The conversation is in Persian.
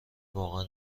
واقعا